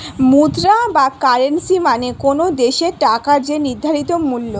মুদ্রা বা কারেন্সী মানে কোনো দেশের টাকার যে নির্ধারিত মূল্য